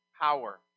power